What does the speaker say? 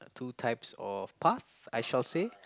two types of path I shall say